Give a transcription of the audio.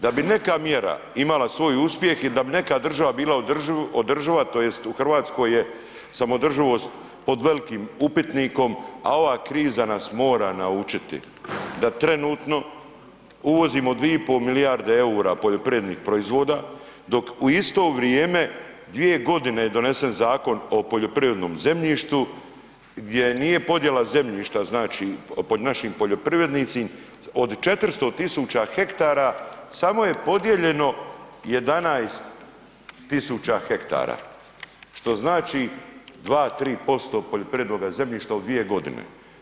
Da bi neka mjera imala svoj uspjeh i da bi neka država bila održiva tj. u RH je samoodrživost pod velikim upitnikom, a ova kriza nas mora naučiti da trenutno uvozimo 2,5 milijarde EUR-a poljoprivrednih proizvoda, dok u isto vrijeme 2.g. je donesen Zakon o poljoprivrednom zemljištu gdje nije podjela zemljišta, znači pod našim poljoprivrednicim, od 400 000 hektara samo je podijeljeno 11 000 hektara, što znači 2-3% poljoprivrednoga zemljišta u 2.g.